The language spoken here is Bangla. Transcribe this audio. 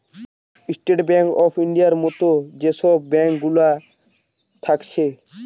স্টেট বেঙ্ক অফ ইন্ডিয়ার মত যে সব ব্যাঙ্ক গুলা থাকছে